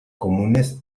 comunes